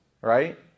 Right